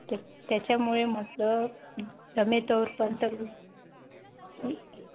त्याच्यामुळे म्हटलं जमेतोपर्यंत